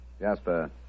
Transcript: Jasper